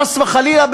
חס וחלילה,